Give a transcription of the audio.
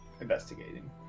investigating